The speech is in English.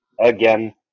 Again